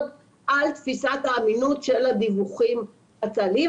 על תפיסת האמינות של הדיווחים הצה"ליים.